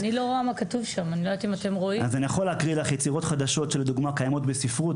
אני יכול להקריא לך יצירות חדשות שקיימות בספרות: